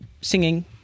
singing